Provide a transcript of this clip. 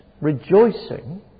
rejoicing